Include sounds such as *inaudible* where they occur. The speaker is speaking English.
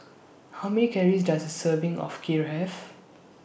*noise* How Many Calories Does A Serving of Kheer Have